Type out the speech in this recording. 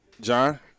John